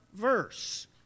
verse